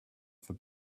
for